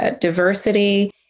diversity